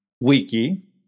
wiki